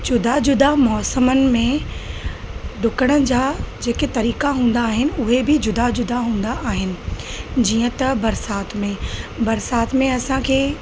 जुदा जुदा मौसमनि में डुकण जा जेके तरीक़ा हूंदा आहिनि उहे बि जुदा जुदा हूंदा आहिनि जीअं त बरिसात में बरिसात में असांखे